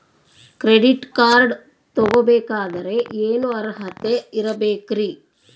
Credit card ತೊಗೋ ಬೇಕಾದರೆ ಏನು ಅರ್ಹತೆ ಇರಬೇಕ್ರಿ?